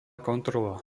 kontrola